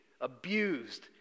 abused